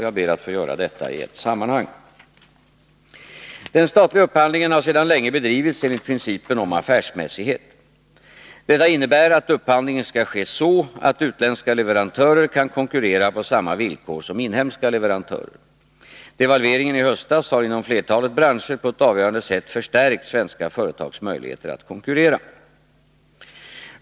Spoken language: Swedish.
Jag ber att få göra detta i ett sammanhang. Den statliga upphandlingen har sedan länge bedrivits enligt principen om affärsmässighet. Detta innebär att upphandlingen skall ske så, att utländska leverantörer kan konkurrera på samma villkor som inhemska leverantörer. Devalveringen i höstas har inom flertalet branscher på ett avgörande sätt förstärkt svenska företags möjligheter att konkurrera.